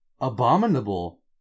Abominable